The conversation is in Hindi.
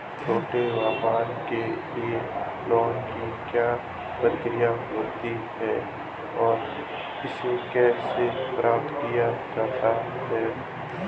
छोटे व्यापार के लिए लोंन की क्या प्रक्रिया होती है और इसे कैसे प्राप्त किया जाता है?